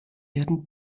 werden